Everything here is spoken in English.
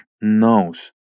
knows